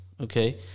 okay